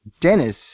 Dennis